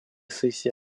сессии